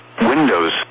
windows